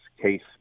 case